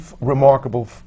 remarkable –